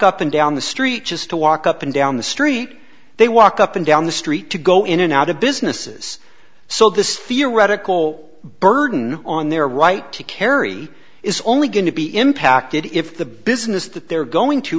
up and down the street just to walk up and down the street they walk up and down the street to go in and out of businesses so this fear radical burden on their right to carry is only going to be impacted if the business that they're going to